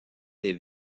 des